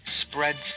spreads